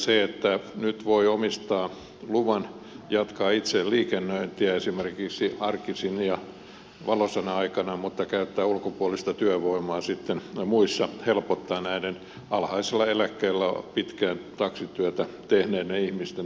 se että nyt voi omistaa luvan jatkaa itse liikennöintiä esimerkiksi arkisin ja valoisana aikana mutta käyttää ulkopuolista työvoimaa sitten muissa helpottaa näiden alhaisella eläkkeellä pitkään taksityötä tehneiden ihmisten viimeisiä vuosia